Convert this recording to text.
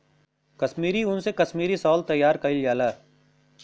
कसमीरी उन से कसमीरी साल तइयार कइल जाला